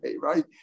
right